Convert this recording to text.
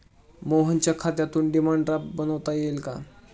मोहनच्या खात्यातून demand draft बनवता येईल का?